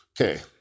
Okay